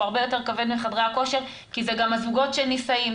הוא הרבה יותר כבד מחדרי הכושר כי זה גם הזוגות שנישאים,